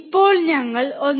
ഇപ്പോൾ ഞങ്ങൾ 1